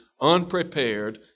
unprepared